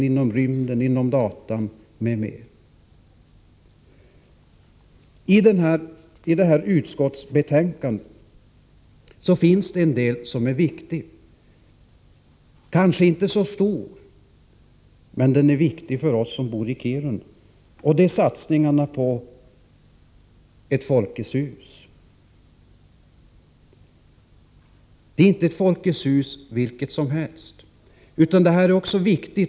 I detta utskottsbetänkande behandlas frågan om satsningen på ett Folkets husi Kiruna. Det är kanske inte någon stor satsning, men den är viktig för oss som bor i Kiruna. Det är inte fråga om vilket Folkets hus som helst.